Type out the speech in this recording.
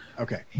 Okay